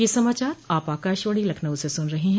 ब्रे क यह समाचार आप आकाशवाणी लखनऊ से सुन रहे हैं